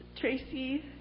Tracy